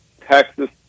texas